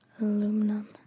aluminum